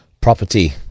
property